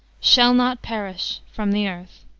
shall not perish from the earth.